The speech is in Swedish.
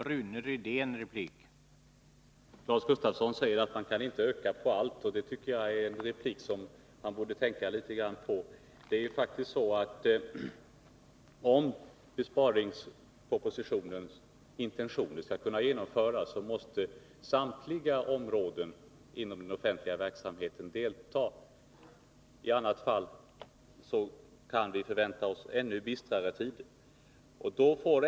Herr talman! Lars Gustafsson säger att man inte kan öka på allt. Det är en replik han får tänka litet på. Om besparingspropositionens intentioner skall kunna genomföras måste samtliga områden inom den offentliga verksamheten delta. I annat fall kan vi förvänta oss ännu bistrare tider.